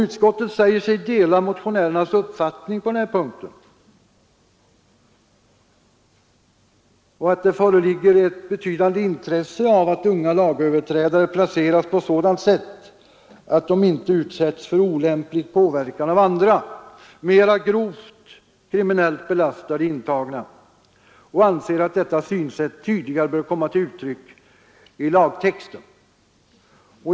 Utskottet säger sig dela motionärernas uppfattning att det föreligger ett betydande intresse av att unga lagöverträdare placeras på sådant sätt att de inte utsätts för olämplig påverkan av andra, mera grovt kriminellt belastade intagna, och anser att detta synsätt tydligare bör komma till uttryck i lagtexten.